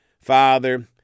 Father